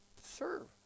Serve